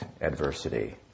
adversity